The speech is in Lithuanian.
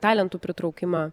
talentų pritraukimą